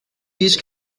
these